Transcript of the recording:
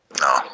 No